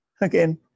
Again